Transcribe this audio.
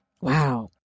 Wow